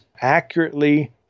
accurately